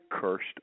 cursed